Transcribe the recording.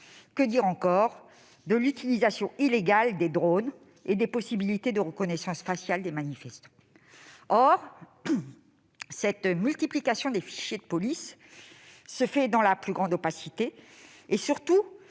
Que dire encore de l'utilisation illégale des drones et des possibilités de reconnaissance faciale des manifestants ? Or cette multiplication des fichiers de police se fait dans la plus grande opacité et, surtout,